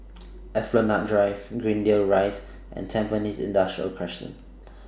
Esplanade Drive Greendale Rise and Tampines Industrial Crescent